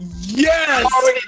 Yes